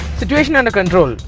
situation under control!